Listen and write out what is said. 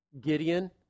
Gideon